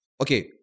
okay